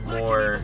more